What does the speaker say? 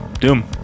Doom